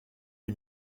des